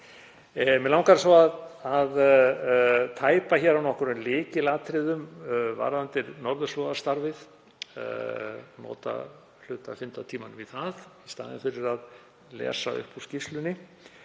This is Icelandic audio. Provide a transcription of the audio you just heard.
Mig langar að tæpa á nokkrum lykilatriðum varðandi norðurslóðastarfið, nota hluta af fundartímanum í það í staðinn fyrir að lesa upp úr skýrslunni,